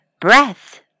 breath